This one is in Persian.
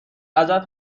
ازت